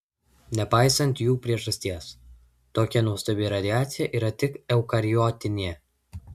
nepaisant jų priežasties tokia nuostabi radiacija yra tik eukariotinė